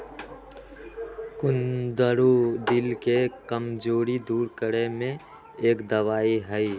कुंदरू दिल के कमजोरी दूर करे में एक दवाई हई